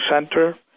Center